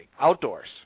outdoors